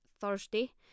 Thursday